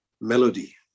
melody